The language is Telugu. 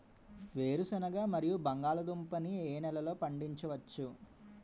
వేరుసెనగ మరియు బంగాళదుంప ని ఏ నెలలో పండించ వచ్చు?